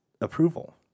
approval